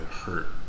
hurt